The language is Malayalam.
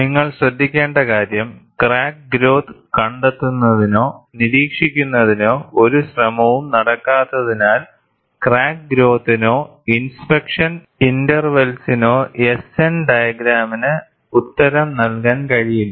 നിങ്ങൾ ശ്രദ്ധിക്കേണ്ട കാര്യം ക്രാക്ക് ഗ്രോത്ത് കണ്ടെത്തുന്നതിനോ നിരീക്ഷിക്കുന്നതിനോ ഒരു ശ്രമവും നടക്കാത്തതിനാൽ ക്രാക്ക് ഗ്രോത്തിനോ ഇൻസ്പെക്ഷൻ ഇന്റെർവെൽസിനോ S N ഡയഗ്രാമിന് ഉത്തരം നൽകാൻ കഴിയില്ല